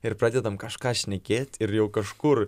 ir pradedam kažką šnekėt ir jau kažkur